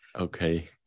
Okay